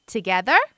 Together